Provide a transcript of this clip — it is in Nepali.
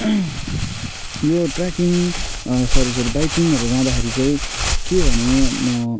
यो ट्र्याकिङ सरी सरी बाइकिङहरू जाँदाखेरि चाहिँ के भने म